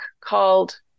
called